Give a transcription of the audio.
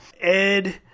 Ed